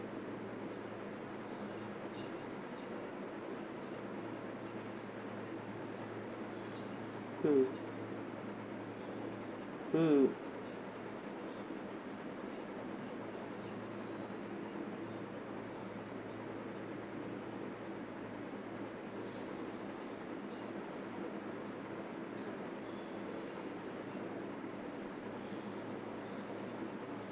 mm mm